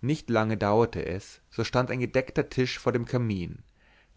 nicht lange dauerte es so stand ein gedeckter tisch vor dem kamin